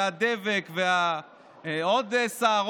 הדבק ועוד שר,